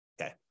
Okay